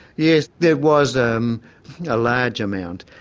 yes, there was um a large amount.